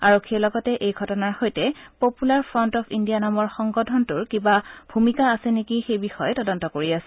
আৰক্ষীযে লগতে এই ঘটনাৰ সৈতে পপুলাৰ ফ্ৰণ্ট অৱ ইণ্ডিয়া নামৰ সংগঠনটোৰ কিবা ভূমিকা আছে নেকি সেই বিষয়ে তদন্ত কৰি আছে